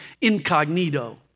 incognito